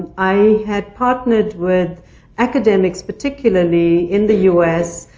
i had partnered with academics, particularly in the us,